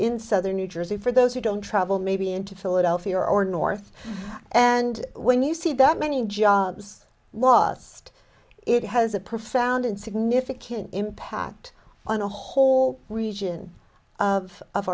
in southern new jersey for those who don't travel maybe into philadelphia or north and when you see that many jobs lost it has a profound and significant impact on a whole region of of